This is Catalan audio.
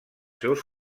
seus